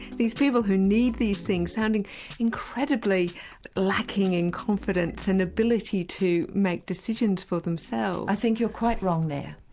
these people who need these things, sounding incredibly lacking in confidence and ability to make decisions for themselves. i think you're quite wrong there.